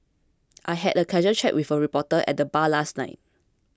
I had a casual chat with a reporter at the bar last night